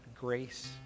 grace